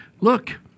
look